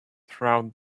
throughout